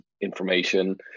information